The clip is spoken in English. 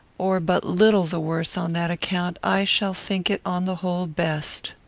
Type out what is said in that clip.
or but little the worse on that account, i shall think it on the whole best.